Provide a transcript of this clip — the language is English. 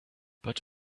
but